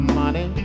money